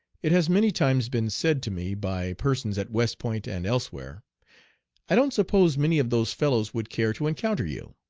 it has many times been said to me by persons at west point and elsewhere i don't suppose many of those fellows would care to encounter you?